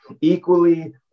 equally